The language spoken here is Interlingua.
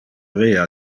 via